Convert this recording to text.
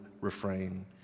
refrain